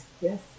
Yes